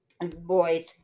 boys